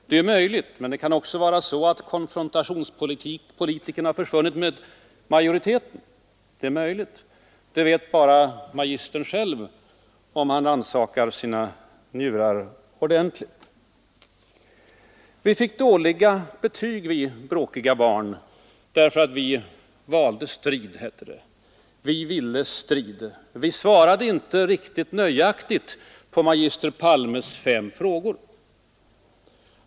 Men det kan också vara så, att det är konfrontationspolitikerna som försvunnit med majoriteten. Det är möjligt — det vet bara magistern själv, om han rannsakar sina njurar ordentligt. Vi fick dåliga betyg, vi dåliga barn därför att vi valde strid, som det hette. Vi ville strid; vi svarade inte riktigt nöjaktigt på magister Palmes fem frågor.